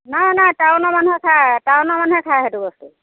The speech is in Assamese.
নাই নাই টাউনৰ মানুহে খাই টাউনৰ মানুহে খাই সেইটো বস্তু